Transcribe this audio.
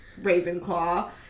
Ravenclaw